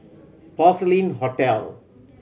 Porcelain Hotel